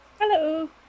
Hello